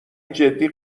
جدی